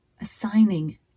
assigning